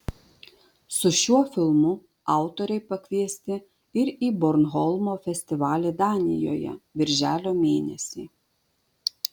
su šiuo filmu autoriai pakviesti ir į bornholmo festivalį danijoje birželio mėnesį